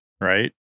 right